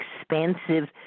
expansive